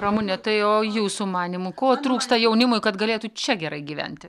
ramune tai o jūsų manymu ko trūksta jaunimui kad galėtų čia gerai gyventi